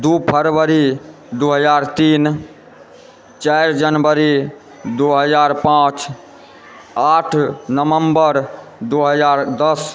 दू फरवरी दू हजार तीन चारि जनवरी दू हजार पाँच आठ नवम्बर दू हजार दश